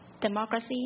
democracy